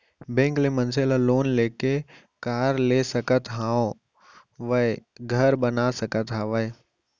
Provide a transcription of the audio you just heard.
bank ले मनसे ह लोन लेके कार ले सकत हावय, घर बना सकत हावय